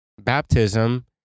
Baptism